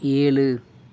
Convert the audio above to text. ஏழு